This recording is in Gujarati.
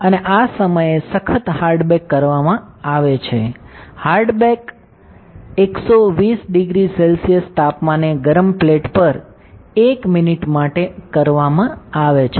અને આ સમયે સખત હાર્ડ બેક કરવામાં આવે છે હાર્ડ બેક હાર્ડ બેક 1200 સે તાપમાને ગરમ પ્લેટ પર 1 મિનિટ માટે કરવામાં આવે છે